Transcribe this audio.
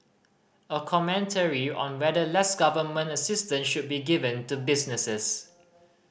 a commentary on whether less government assistance should be given to businesses